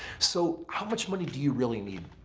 so how much money do you really need?